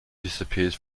disappears